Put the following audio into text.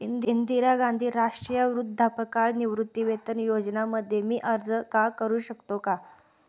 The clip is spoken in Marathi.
इंदिरा गांधी राष्ट्रीय वृद्धापकाळ निवृत्तीवेतन योजना मध्ये मी अर्ज का करू शकतो का?